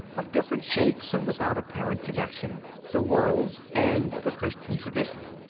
of different shapes and without apparent connection the world and the christian tradition.